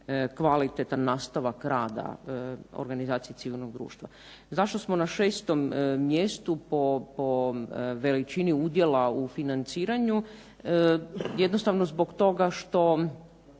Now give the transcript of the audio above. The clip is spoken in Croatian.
kvalitetan nastavak rada organizacije civilnog društva. Zašto smo na 6. mjestu po veličini udjela u financiranju? Jednostavno zbog toga što